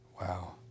Wow